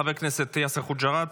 חבר הכנסת יאסר חוג'יראת,